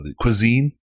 Cuisine